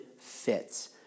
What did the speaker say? fits